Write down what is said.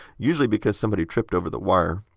usually because somebody tripped over the wire.